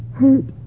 hurt